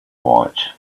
watch